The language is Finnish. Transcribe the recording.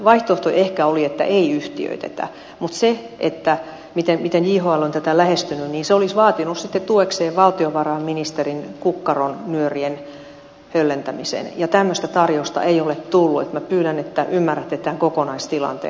vaihtoehto ehkä oli että ei yhtiöitetä mutta se miten jhl on tätä lähestynyt niin se olisi vaatinut sitten tuekseen valtiovarainministerin kukkaron nyörien höllentämisen ja tämmöistä tarjousta ei ole tullut niin että minä pyydän että ymmärrätte tämän kokonaistilanteen